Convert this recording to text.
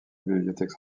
bibliothèque